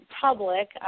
public